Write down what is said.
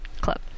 club